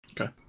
Okay